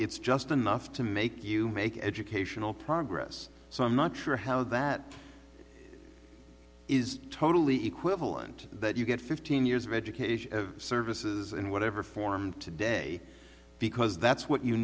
it's just enough to make you make educational progress so i'm not sure how that is totally equivalent that you get fifteen years of education services in whatever form today because that's what you